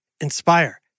Inspire